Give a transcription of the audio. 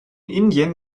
indien